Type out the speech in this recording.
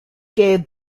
gave